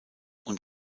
und